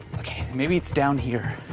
okay, maybe it's down here.